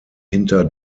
hinter